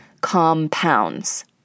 compounds